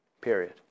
period